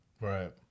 Right